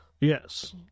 Yes